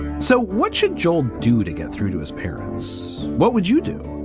so what should joel do to get through to his parents? what would you do?